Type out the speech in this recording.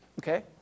Okay